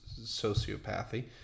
sociopathy